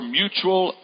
mutual